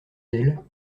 elle